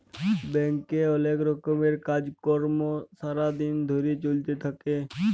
ব্যাংকে অলেক রকমের কাজ কর্ম সারা দিন ধরে চ্যলতে থাক্যে